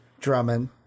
Drummond